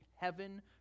heaven